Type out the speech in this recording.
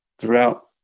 throughout